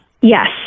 Yes